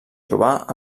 trobar